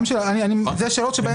אלה שאלות בהמשך.